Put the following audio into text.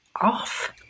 off